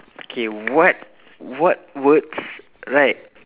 K what what words right